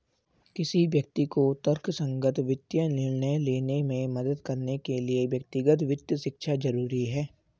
किसी व्यक्ति को तर्कसंगत वित्तीय निर्णय लेने में मदद करने के लिए व्यक्तिगत वित्त शिक्षा जरुरी है